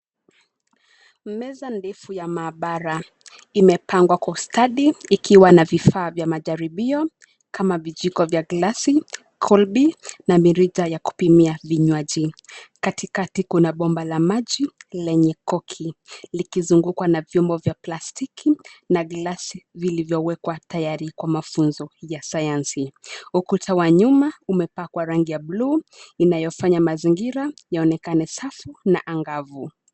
Meza ndefu ya maabara, imepangwa kwa ustadi ikiwa na vifaa vya majaribio, kama vijiko vya glasi, kolbi, na mirija ya kupimia vinywaji, katikati kuna bomba la maji, lenye koki, likizungukwa na vyombo vya plastiki, na glasi vilivyowekwa tayari kwa mafunzo ya Sayansi, ukuta wa nyuma umepakwa rangi ya bluu, inayofanya mazingira, yaonekana safu na angavu.